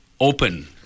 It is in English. open